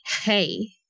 hey